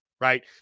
right